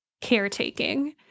caretaking